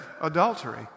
adultery